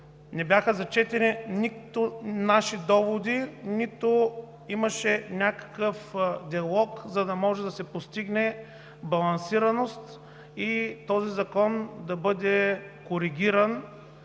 Не бяха зачетени нито наши доводи, нито имаше някакъв диалог, за да може да се постигне балансираност и този закон да бъде коригиран,